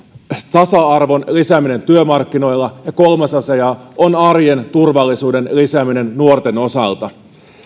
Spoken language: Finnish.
tasa arvon lisääminen työmarkkinoilla ja kolmas asia on arjen turvallisuuden lisääminen nuorten osalta kun